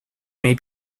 may